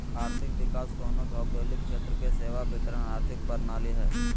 आर्थिक विकास कोनो भौगोलिक क्षेत्र के सेवा वितरण आर्थिक प्रणाली हइ